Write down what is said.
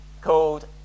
called